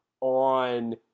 on